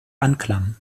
anklam